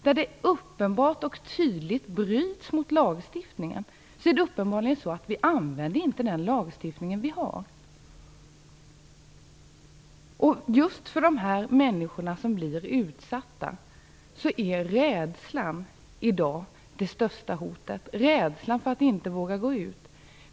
När det uppenbart och tydligt bryts mot lagstiftningen använder vi inte den lagstiftning vi har. Just för de människor som blir utsatta är rädslan i dag det största hotet, rädslan som gör att de inte vågar gå ut.